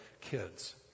kids